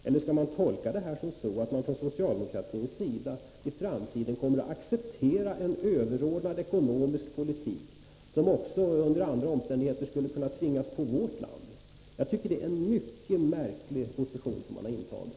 Eller skall jag tolka utskottets ställningstagande så att socialdemokratin i framtiden kommer att acceptera en överordnad ekonomisk politik — som också under andra omständigheter skulle kunna tvingas på vårt land? Jag tycker att det är en mycket märklig position som man har intagit.